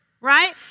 right